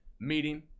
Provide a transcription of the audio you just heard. meeting